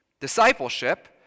Discipleship